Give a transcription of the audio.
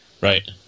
Right